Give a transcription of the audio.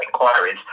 inquiries